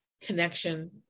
connection